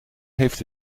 heeft